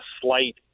slight